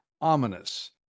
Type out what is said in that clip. Ominous